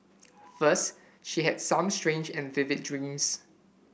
first she had some strange and vivid dreams